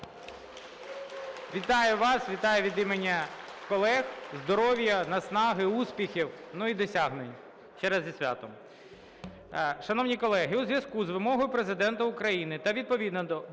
Вітаю вас! Вітаю від імені колег. Здоров'я, наснаги, успіхів, ну, і досягнень. Ще раз зі святом. (Оплески) Шановні колеги, у зв'язку з вимогою Президента України та відповідно до